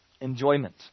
Enjoyment